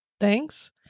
Thanks